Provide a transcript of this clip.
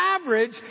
average